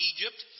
Egypt